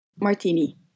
Martini